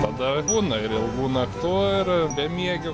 tada būna ir ilgų naktų ir bemiegių